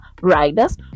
riders